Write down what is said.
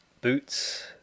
Boots